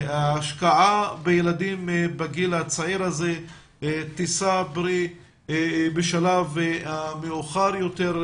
השקעה בילדים בגיל הצעיר הזה תישא פרי בשלב המאוחר יותר,